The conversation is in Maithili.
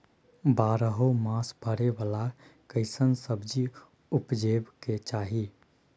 बारहो मास फरै बाला कैसन सब्जी उपजैब के चाही?